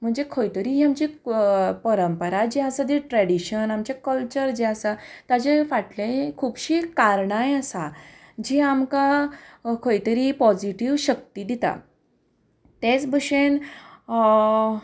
म्हणजे खंय तरी ही आमची परंपरा जी आसा ती ट्रेडिशन आमचें कल्चर जें आसा ताचे फाटलें खुबशीं कारणांय आसा जीं आमकां खंय तरी पॉझिटिव्ह शक्ती दिता तेच भशेन